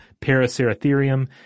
Paraceratherium